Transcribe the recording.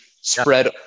spread